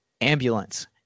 ambulance